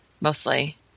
mostly